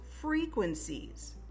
frequencies